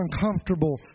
uncomfortable